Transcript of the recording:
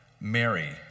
Mary